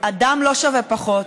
אדם לא שווה פחות,